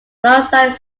alongside